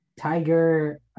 Tiger